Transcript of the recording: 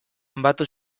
batu